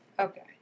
Okay